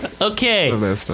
Okay